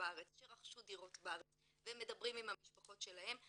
בארץ שרכשו דירות בארץ והם מדברים עם המשפחות שלהם,